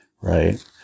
Right